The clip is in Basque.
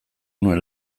nuen